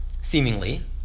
Seemingly